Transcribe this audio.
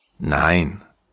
»Nein